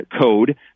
code